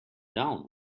down